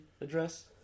address